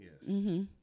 Yes